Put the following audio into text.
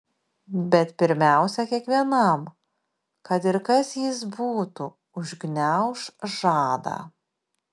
bet pirmiausia kiekvienam kad ir kas jis būtų užgniauš žadą